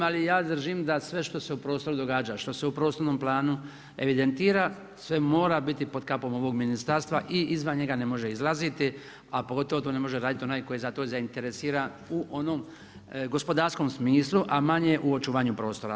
Ali ja držim da sve što se u prostoru događa, što se u prostornom planu evidentira sve mora biti pod kapom ovog ministarstva i izvan njega ne može izlaziti, a pogotovo to ne može raditi onaj koji je za to zainteresiran u onom gospodarskom smislu, a manje u očuvanju prostora.